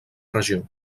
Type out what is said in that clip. regió